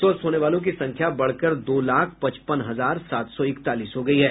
स्वस्थ होने वालों की संख्या बढ़कर दो लाख पचपन हजार सात सौ इकतालीस हो गयी है